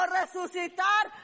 resucitar